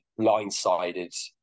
blindsided